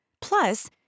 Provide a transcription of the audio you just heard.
Plus